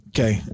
Okay